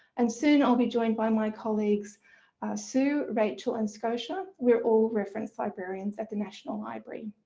and soon i'll be joined by my colleagues sue, rachel and scotia. we're all reference librarians at the national library.